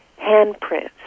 handprints